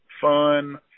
fun